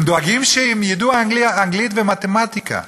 הם דואגים שהם ידעו אנגלית ומתמטיקה,